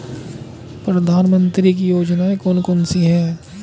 प्रधानमंत्री की योजनाएं कौन कौन सी हैं?